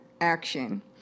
Action